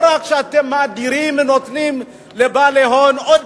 אתם לא רק מאדירים ונותנים לבעלי ההון עוד